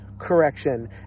correction